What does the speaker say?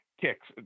kicks